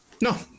No